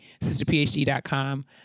sisterphd.com